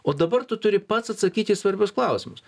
o dabar tu turi pats atsakyti į svarbius klausimus